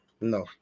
No